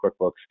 QuickBooks